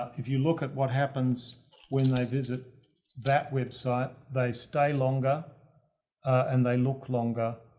if you look at what happens when they visit that website, they stay longer and they look longer.